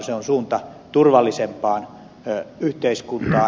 se on suunta turvallisempaan yhteiskuntaan